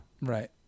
Right